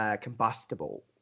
combustible